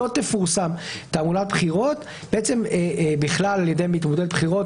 לא תפורסם תעמולת בחירות בכלל על ידי מתמודד בבחירות,